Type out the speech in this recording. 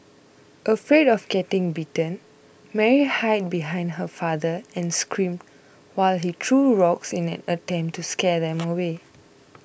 afraid of getting bitten Mary hid behind her father and screamed while he threw rocks in an attempt to scare them away